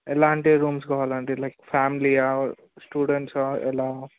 ఏలాంటి రూమ్స్ కావాలండి లైక్ ఫ్యామిలీయా స్టూడెంట్సా ఎలా